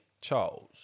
Charles